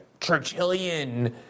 Churchillian